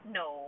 no